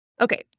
Okay